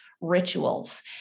rituals